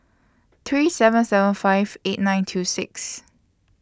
three seven seven five eight nine two six